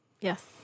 Yes